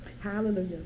Hallelujah